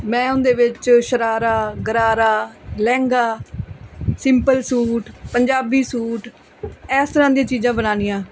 ਮੈਂ ਉਹਦੇ ਵਿੱਚ sharara gharara lehenga simple suit Punjabi suit ਇਸ ਤਰ੍ਹਾਂ ਦੀਆਂ ਚੀਜ਼ਾਂ ਬਣਾਉਣੀਆਂ